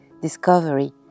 Discovery